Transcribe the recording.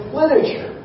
literature